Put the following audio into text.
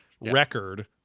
record